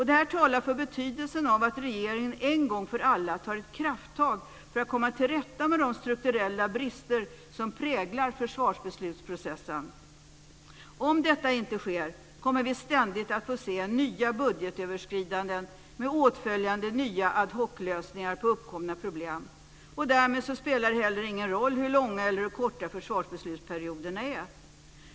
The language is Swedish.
Det här talar för betydelsen av att regeringen en gång för alla tar ett krafttag för att komma till rätta med de strukturella brister som präglar försvarsbeslutsprocessen. Om detta inte sker, kommer vi ständigt att få se nya budgetöverskridanden med åtföljande nya ad hoc-lösningar på uppkomna problem. Därmed spelar det ingen roll hur långa eller hur korta försvarsbeslutsperioderna är.